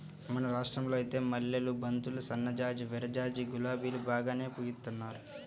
మన రాష్టంలో ఐతే మల్లెలు, బంతులు, సన్నజాజి, విరజాజి, గులాబీలు బాగానే పూయిత్తున్నారు